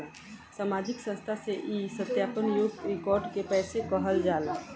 सामाजिक संस्था से ई सत्यापन योग्य रिकॉर्ड के पैसा कहल जाला